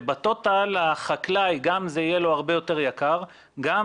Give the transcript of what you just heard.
ובטוטאל לחקלאי זה יהיה הרבה יותר יקר וגם